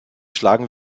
schlagen